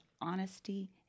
honesty